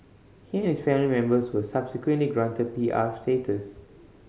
he and his family members were subsequently granted P R status